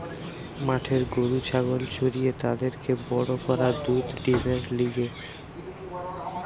মাঠে গরু ছাগল চরিয়ে তাদেরকে বড় করা দুধ ডিমের লিগে